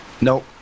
Nope